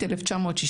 1960,